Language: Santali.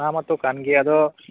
ᱳᱮ